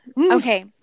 Okay